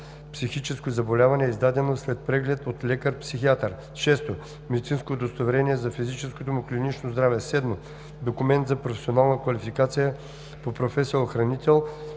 психическо заболяване, издадено след преглед от лекар-психиатър; 6. медицинско удостоверение за физическото му клинично здраве; 7. документ за професионална квалификация по професия „Охранител“